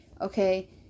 Okay